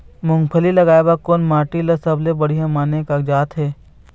मूंगफली लगाय बर कोन माटी हर सबले बढ़िया माने कागजात हे?